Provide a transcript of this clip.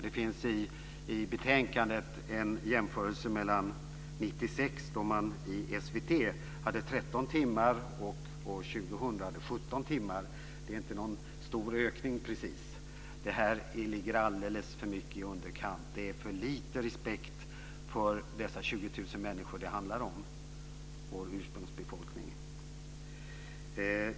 Det finns i betänkandet en jämförelse mellan 1996, då man i SVT hade 13 timmar, och år 2000, då man hade 17 timmar. Det är inte någon stor ökning precis. Det här ligger alldeles för mycket i underkant. Det är för lite respekt för de 20 000 människor det handlar om, vår ursprungsbefolkning.